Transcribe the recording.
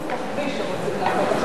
שקל קיצוץ רוחבי שרוצים לעשות עכשיו.